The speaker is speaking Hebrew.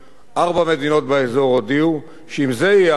ארבע מדינות באזור הודיעו שאם זה יהיה המקרה